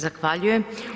Zahvaljujem.